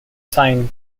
sign